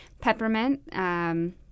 peppermint